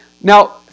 Now